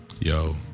yo